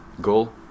goal